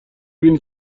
بینی